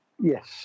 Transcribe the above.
Yes